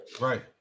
Right